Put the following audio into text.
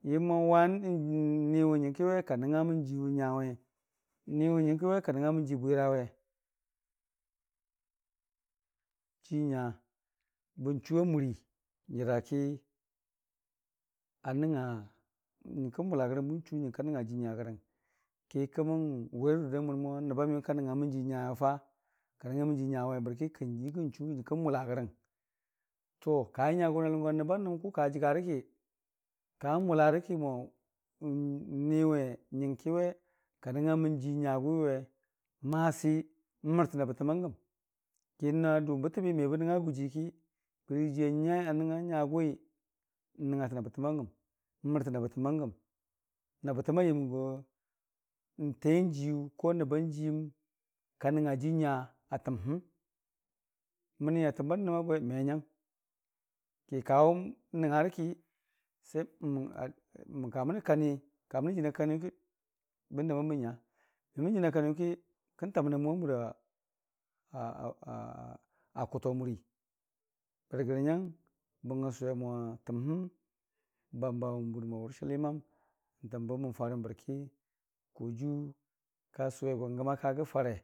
niwʊ nyəngki we ka nəngnga mʊwʊ jiinyawe, niwu nyəng ki we ka nəngnga mʊnwʊi jiibwirawe, Jiinya bənchuwa muri nyəraki a nəngnga nyən kən mʊla rəgəng bən chu nyəngka nəngnga jiinya grəng ki kəmən wer dudannʊn mo nəba miyəm ka nəngngamən jiinyawe ka nəngngamən jiinyawe bərki kən yəgii n'chu nyə njkəng mʊla rəgəng to kanyagʊ na ləmgo nəbba nənnəm kʊ ka jəgarəki kan mʊlarəki mo n'ni we nyənkiwe ka nəngnga mʊwʊn jii nyagʊnwiwe masi na n'mər təna bətəm bangəni, ki na adʊ n'bətəbi mebə nəngnga gʊ jiiki bəri jii a nəngnga nyagʊwi bən nəngnga təni bətəmbangəm, n'mərtəna bətəmbangəm nabətəm a yəmgo n'te n'jiiyu koni nəbban jiiyəm ka nəngnga jiinya atəmhəm. Məni atəm ba nənəm agwe me nyang, ki ka nb'nəngngarəki mən kamənə kani kaməna jəna kaniyʊki bən dəmən bən nya, me mənə jəna kaniyʊki kən tamən na n'mwe aa kʊti murii bəri gərə nyang bəngəng sʊwe motəmhəm bamba n'bərɨ mour sheliimam n'təmbə mən farəm bərki kojiiyu ka sʊwe go n'gəma kagəfarəm.